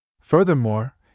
Furthermore